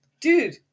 dude